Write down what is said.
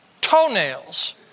toenails